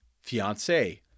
fiance